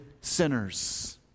sinners